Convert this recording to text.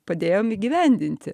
padėjom įgyvendinti